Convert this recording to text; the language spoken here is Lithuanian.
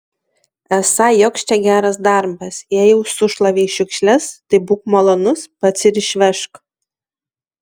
esą joks čia geras darbas jei jau sušlavei šiukšles tai būk malonus pats ir išvežk